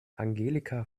angelika